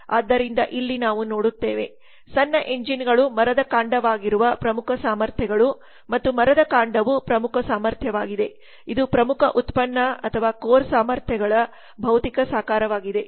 ಆದ್ದರಿಂದ ಇಲ್ಲಿ ನಾವು ನೋಡುತ್ತೇವೆ ಸಣ್ಣ ಎಂಜಿನ್ಗಳು ಮರದ ಕಾಂಡವಾಗಿರುವ ಪ್ರಮುಖ ಸಾಮರ್ಥ್ಯಗಳು ಮತ್ತು ಮರದ ಕಾಂಡವು ಪ್ರಮುಖ ಸಾಮರ್ಥ್ಯವಾಗಿದೆ ಇದು ಪ್ರಮುಖ ಉತ್ಪನ್ನ ಅಥವಾ ಕೋರ್ ಸಾಮರ್ಥ್ಯಗಳ ಭೌತಿಕ ಸಾಕಾರವಾಗಿದೆ